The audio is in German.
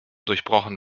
durchbrochen